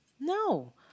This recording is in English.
No